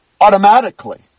automatically